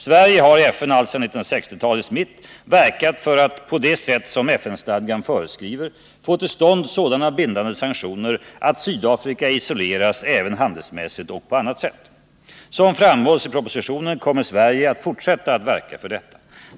Sverige har i FN alltsedan 1960-talets mitt verkat för att på det sätt som FN-stadgan föreskriver få till stånd sådana bindande sanktioner att Sydafrika isoleras även handelsmässigt och på annat sätt. Som framhålls i propositionen kommer Sverige att fortsätta att verka för detta.